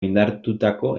indartutako